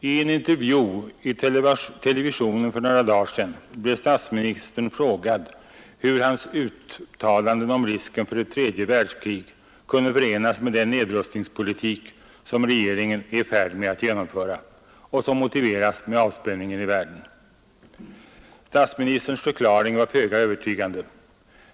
I en intervju i televisionen för några dagar sedan blev statsministern tillfrågad om hur hans uttalanden om risken för ett tredje världskrig kunde förenas med den nedrustningspolitik som regeringen är i färd med att genomdriva och som motiveras med avspänningen i världen. Statsministerns förklaring var föga övertygande.